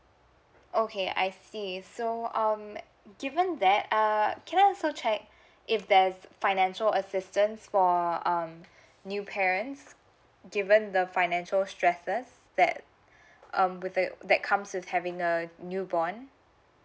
oh okay I see so um given that um can I also check if there's a financial assistance for um new parents given the financial stresses that um with the that comes with having a new born